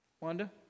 Wanda